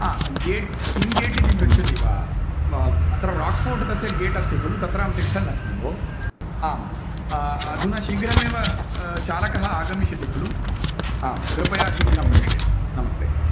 आ गेट् किं गेट् इति पृच्छति वा व् अत्र राक् फ़ोट् तस्य गेट् अस्ति खलु तत्र अहं तिष्ठन् अस्मि भोः आम् अधुना शीघ्रमेव चालकः आगमिष्यति खलु आम् कृपया शीघ्रं प्रेषयन्तु नमस्ते